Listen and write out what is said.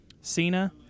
Cena